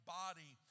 body